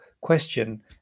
question